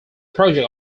project